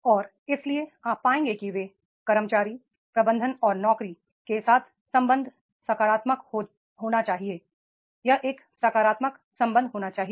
और इसलिए आप पाएंगे कि ये कर्मचारी प्रबंधन और नौकरी के साथ संबंध सकारात्मक होना चाहिए यह एक सकारात्मक संबंध होना चाहिए